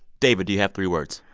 david, do you have three words?